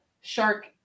shark